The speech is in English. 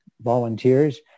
volunteers